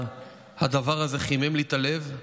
הדבר הזה חימם לי את הלב.